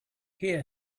hear